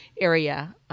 area